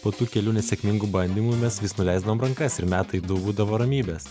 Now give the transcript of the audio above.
po tų kelių nesėkmingų bandymų mes vis nuleisdavom rankas ir metai du būdavo ramybės